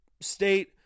state